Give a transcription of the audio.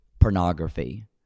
pornography